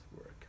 work